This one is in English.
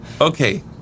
Okay